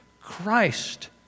Christ